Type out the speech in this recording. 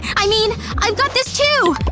i mean i've got this too!